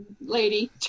lady